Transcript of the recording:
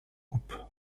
groupe